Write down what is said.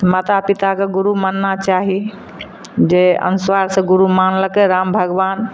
माता पिताके गुरु मानना चाही जे अनुसार से गुरु मानलकै राम भगबान